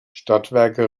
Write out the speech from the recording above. stadtwerke